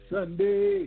Sunday